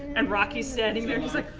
and rocky's standing there. and he's like,